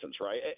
right